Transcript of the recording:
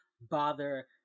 bother